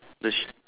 leash